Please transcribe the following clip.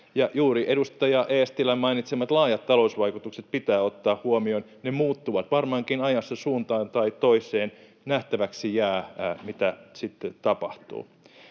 juuri edustaja Eestilän mainitsemat laajat talousvaikutukset pitää ottaa huomioon. Ne muuttuvat varmaankin ajassa suuntaan tai toiseen — nähtäväksi jää, mitä sitten tapahtuu.